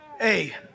Hey